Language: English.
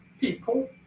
people